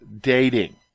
dating